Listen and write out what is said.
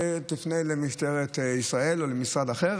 תפנה למשטרת ישראל או למשרד אחר,